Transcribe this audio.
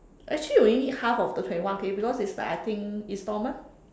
actually we only need half of the twenty one K because it's like I think instalment